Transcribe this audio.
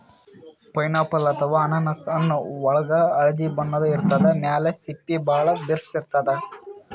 pineapple ಅಥವಾ ಅನಾನಸ್ ಹಣ್ಣ್ ಒಳ್ಗ್ ಹಳ್ದಿ ಬಣ್ಣ ಇರ್ತದ್ ಮ್ಯಾಲ್ ಸಿಪ್ಪಿ ಭಾಳ್ ಬಿರ್ಸ್ ಇರ್ತದ್